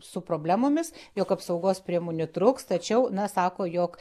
su problemomis jog apsaugos priemonių trūks tačiau na sako jog